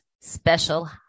special